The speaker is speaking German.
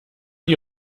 die